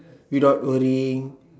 without worrying